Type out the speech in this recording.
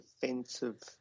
defensive